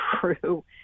true